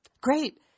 great